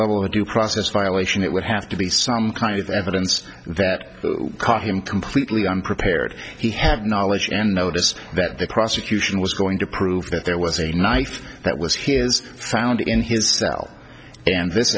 level of due process violation it would have to be some kind of evidence that caught him completely unprepared he had knowledge and notice that the prosecution was going to prove that there was a knife that was here is found in his cell and